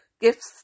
gifts